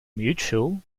mutual